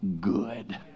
good